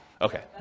Okay